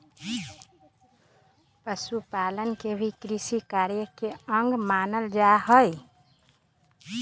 पशुपालन के भी कृषिकार्य के अंग मानल जा हई